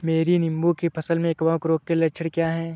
मेरी नींबू की फसल में कवक रोग के लक्षण क्या है?